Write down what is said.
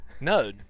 No